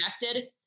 connected